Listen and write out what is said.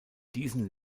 diesen